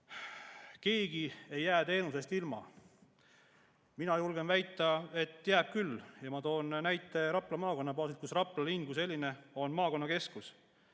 "Keegi ei jää teenusest ilma." Mina julgen väita, et jääb küll. Ma toon näite Rapla maakonna baasil. Rapla linn kui selline on maakonnakeskus.